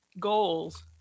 goals